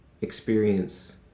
experience